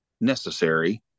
necessary